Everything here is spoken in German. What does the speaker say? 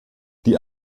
die